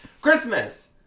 Christmas